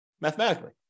mathematically